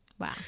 Wow